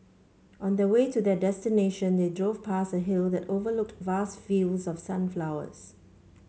on the way to their destination they drove past a hill that overlooked vast fields of sunflowers